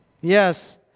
Yes